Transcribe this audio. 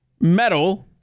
metal